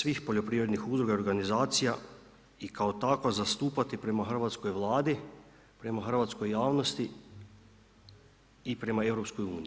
svih poljoprivrednih udruga i organizacija i kao takva zastupati prema hrvatskoj Vladi, prema hrvatskoj javnosti i prema EU-u.